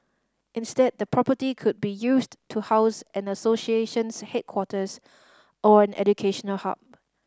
instead the property could be used to house an association's headquarters or an educational hub